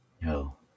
No